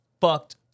fucked